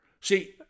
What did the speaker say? See